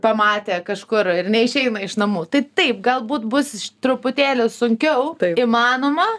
pamatė kažkur ir neišeina iš namų tai taip galbūt bus truputėlį sunkiau įmanoma